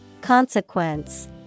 Consequence